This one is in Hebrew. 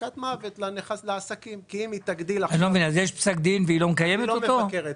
מכת מוות לעסקים --- אז יש פסק דין והיא לא מקיימת אותו?